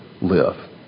live